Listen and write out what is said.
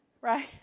Right